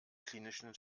klinischen